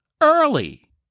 early